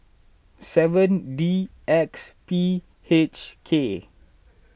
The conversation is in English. seven D X P H K